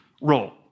role